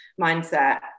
mindset